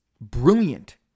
brilliant